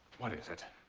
what is it?